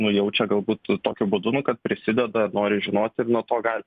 nu jaučia galbūt tokiu būdu nu kad prisideda nori žinoti ir nuo to gal